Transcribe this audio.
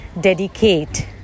dedicate